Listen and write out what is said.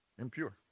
impure